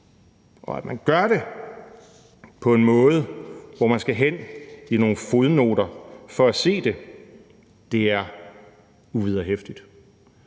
Og man gør det på en måde, hvor vi skal hen i nogle fodnoter for at se det. Det er uvederhæftigt.